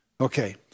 Okay